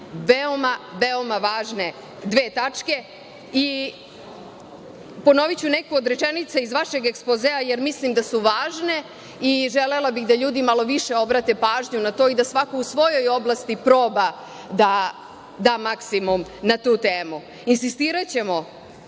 veoma, veoma važne dve tačke. Ponoviću neke od rečenica iz vašeg ekspozea, jer mislim da su važne i želela bih da ljudi malo više obrate pažnju na to i da svako u svojoj oblasti proba da da maksimum na tu temu. Insistiraćemo